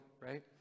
right